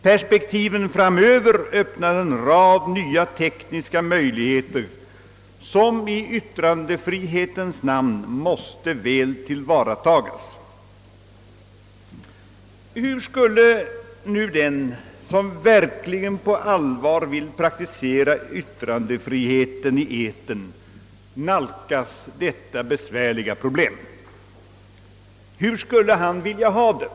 Perspektiven framöver öppnar en rad tekniska möjligheter som i yttrandefrihetens namn måste väl tillvaratas. Hur skulle nu den som verkligen på allvar vill realisera yttrandefriheten i etern nalkas detta besvärliga problem? Hur skulle han vilja ha det?